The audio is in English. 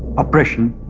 oppression